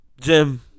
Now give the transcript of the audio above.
Jim